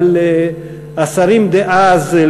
אבל השרים דאז,